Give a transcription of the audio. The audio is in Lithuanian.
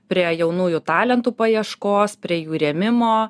prie jaunųjų talentų paieškos prie jų rėmimo